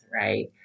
right